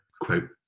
quote